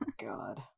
God